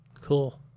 Cool